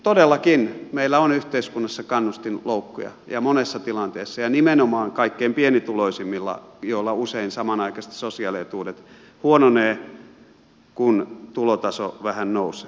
todellakin meillä on yhteiskunnassa kannustinloukkuja ja monessa tilanteessa ja nimenomaan kaikkein pienituloisimmilla joilla usein samanaikaisesti sosiaalietuudet huononevat kun tulotaso vähän nousee